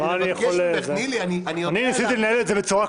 אני מבקש ממך, תני לי, אני יודע להגיד את זה.